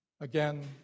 Again